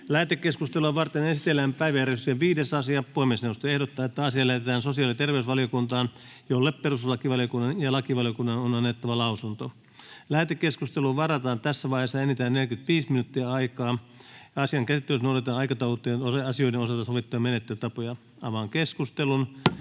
Lähetekeskustelua varten esitellään päiväjärjestyksen 9. asia. Puhemiesneuvosto ehdottaa, että asia lähetetään maa- ja metsätalousvaliokuntaan, jolle perustuslakivaliokunnan ja ympäristövaliokunnan on annettava lausunto. Lähetekeskusteluun varataan tässä vaiheessa enintään 45 minuuttia ja asian käsittelyssä noudatetaan aikataulutettujen asioiden osalta sovittuja menettelytapoja. — Keskustelu,